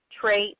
Trait